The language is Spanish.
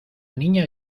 niña